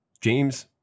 James